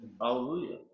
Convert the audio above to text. Hallelujah